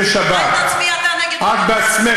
מרב, גם לך יש מה לענות.